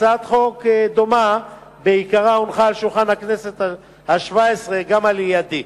הצעת חוק דומה בעיקרה הונחה על שולחן הכנסת השבע-עשרה גם כן על-ידי.